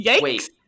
Wait